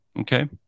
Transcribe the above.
Okay